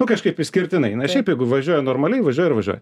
nu kažkaip išskirtinai na šiaip jeigu važiuoja normaliai važiuoja ir važiuoja